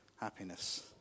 happiness